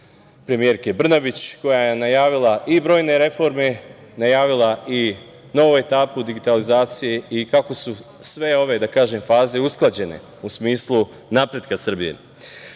premijerke Brnabić, koja je najavila i brojne reforme, najavila i novu etapu digitalizacije i kako su sve ove, da kažem, faze usklađene u smislu napretka Srbije. Kada